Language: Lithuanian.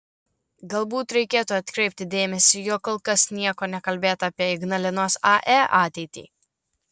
galbūt reikėtų atkreipti dėmesį jog kol kas nieko nekalbėta apie ignalinos ae ateitį